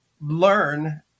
learn